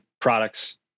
products